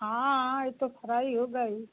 हाँ ये तो फ्राई होगा ही